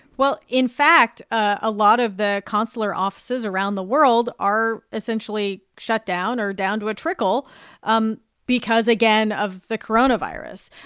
well, in fact, a lot of the consular offices around the world are essentially shut down or down to a trickle um because, again, of the coronavirus.